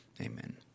Amen